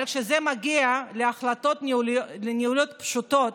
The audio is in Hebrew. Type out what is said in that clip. אבל כשזה מגיע להחלטות ניהוליות פשוטות: